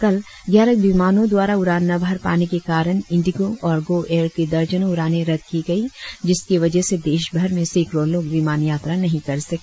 कल ग्यारह विमानों द्वारा उड़ान न भर पाने के कारण इंडिगो और गो एयर की दर्जनों उड़ानें रद्द की गयीं जिसकी वजह से देशभर में सैकड़ों लोग विमान यात्रा नहीं कर सके